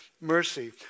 mercy